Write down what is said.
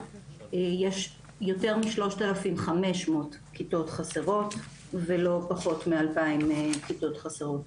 יש יותר מ-3500 כיתות חסרות ולא פחות מ-2000 כיתות חסרות.